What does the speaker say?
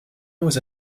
aux